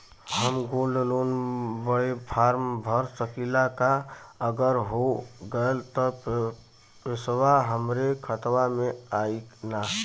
हम gold loan बड़े form भर सकी ला का अगर हो गैल त पेसवा हमरे खतवा में आई ना?